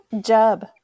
job